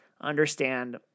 Understand